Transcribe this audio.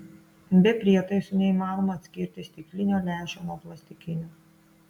be prietaisų neįmanoma atskirti stiklinio lęšio nuo plastikinio